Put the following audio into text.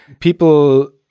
people